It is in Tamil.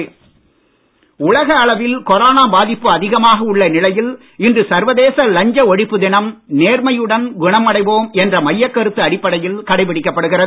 லஞ்ச ஒழிப்பு உலக அளவில் கொரோனா பாதிப்பு அதிகமாக உள்ள நிலையில் இன்று சர்வதேச லஞ்ச ஒழிப்பு தினம் நேர்மையுடன் குணமடைவோம் என்ற மையக் கருத்து அடிப்படையில் கடைபிடிக்கப்படுகிறது